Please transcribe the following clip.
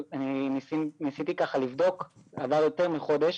ניסיתי ככה לבדוק, עבר יותר מחודש